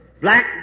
black